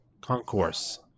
Concourse